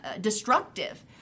destructive